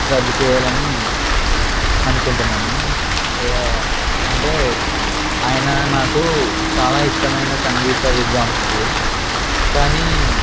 రద్దు చేయాలని అనుకుంటున్నాము అంటే ఆయన నాకు చాలా ఇష్టమైన సంగీత విద్వాంసులు కానీ